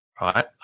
right